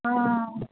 हँ